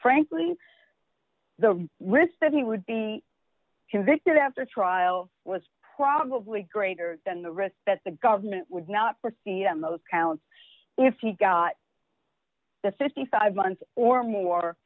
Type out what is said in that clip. frankly the risk that he would be convicted after trial was probably greater than the risk that the government would not proceed on those counts if he got the fifty five months or more